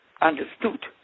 understood